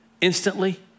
instantly